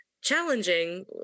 challenging